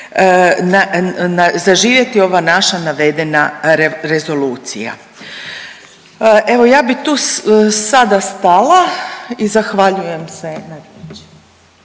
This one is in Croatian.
zaživjeti ova naša navedena rezolucija. Evo, ja bi tu sada stala i zahvaljujem se.